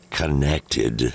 connected